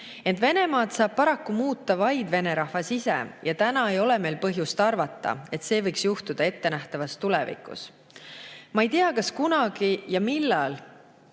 Venemaad saab paraku muuta vaid Vene rahvas ise ja täna ei ole meil põhjust arvata, et see võiks juhtuda ettenähtavas tulevikus. Ma ei tea, kas kunagi ja millal